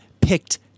picked